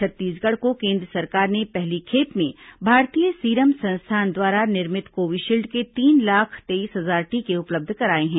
छत्तीसगढ़ को केन्द्र सरकार ने पहली खेप में भारतीय सीरम संस्थान द्वारा निर्मित कोविशील्ड के तीन लाख तेईस हजार टीके उपलब्ध कराए हैं